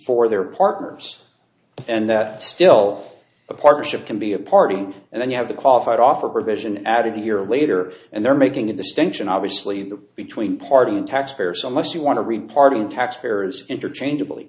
for their partners and still a partnership can be a party and then you have the qualified offer provision added a year later and they're making a distinction obviously the between party and taxpayers unless you want to reporting tax payers interchangeabl